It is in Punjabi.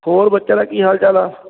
ਹੋਰ ਬੱਚਿਆਂ ਦਾ ਕੀ ਹਾਲ ਚਾਲ ਆ